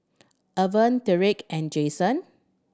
Evert Tyrek and Jasen